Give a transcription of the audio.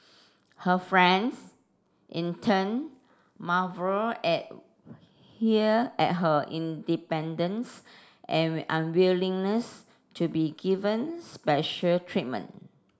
her friends in turn marvelled at here at her independence and unwillingness to be given special treatment